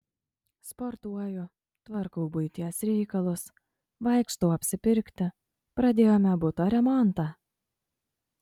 sportuoju tvarkau buities reikalus vaikštau apsipirkti pradėjome buto remontą